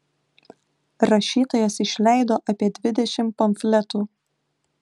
rašytojas išleido apie dvidešimt pamfletų